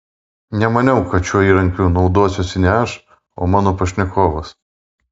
nemaniau kad šiuo įrankiu naudosiuosi ne aš o mano pašnekovas